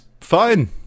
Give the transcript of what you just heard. fine